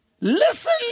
Listen